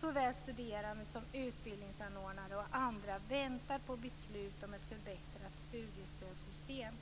Såväl studerande som utbildningsanordnare och andra väntar på beslut om ett förbättrat studiestödssystem.